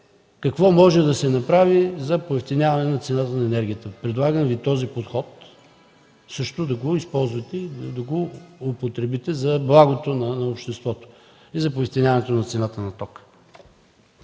какво може да се направи за поевтиняване цената на енергията. Предлагам Ви да използвате също този подход и да го употребите за благото на обществото и за поевтиняването цената на тока.